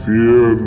Fear